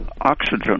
oxygen